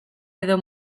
edo